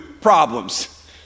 problems